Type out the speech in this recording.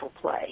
play